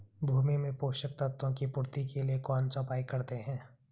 भूमि में पोषक तत्वों की पूर्ति के लिए कौनसा उपाय करते हैं?